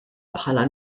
bħala